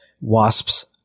wasps